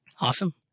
Awesome